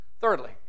Thirdly